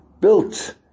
built